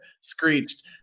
screeched